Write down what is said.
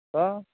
तऽ